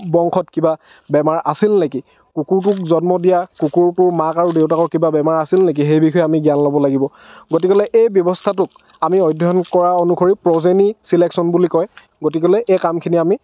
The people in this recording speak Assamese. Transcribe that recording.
বংশত কিবা বেমাৰ আছিল নেকি কুকুৰটোক জন্ম দিয়া কুকুৰটোৰ মাক আৰু দেউতাকৰ কিবা বেমাৰ আছিল নেকি সেই বিষয়ে আমি জ্ঞান ল'ব লাগিব গতিকে এই ব্যৱস্থাটোক আমি অধ্যয়ন কৰা অনুসৰি প্ৰজেনি ছিলেক্শ্য়ন বুলি কয় গতিকে এই কামখিনি আমি